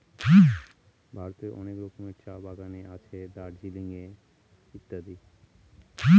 ভারতের অনেক রকমের চা বাগানে আছে দার্জিলিং এ ইত্যাদি